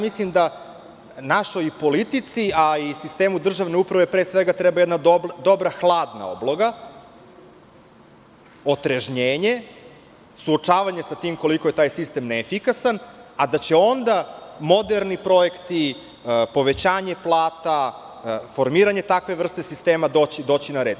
Mislim da našoj politici i sistemu državne uprave pre svega treba dobra hladna obloga, otrežnjenje, suočavanje sa tim koliko je taj sistem neefikasan, a da će onda moderni projekti, povećanje plata, formiranje takve vrste sistema doći na red.